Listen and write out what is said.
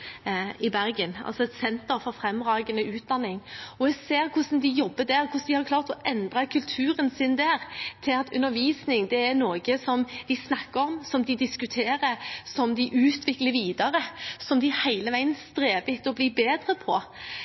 Senter for fremragende utdanning i biologi i Bergen. Jeg så hvordan de jobber der, hvordan de har klart å endre kulturen sin til at undervisning er noe som de snakker om, som de diskuterer, som de utvikler videre, som de hele veien streber etter å bli bedre på.